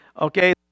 Okay